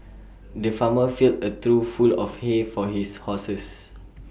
the farmer filled A trough full of hay for his horses